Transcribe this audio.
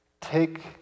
Take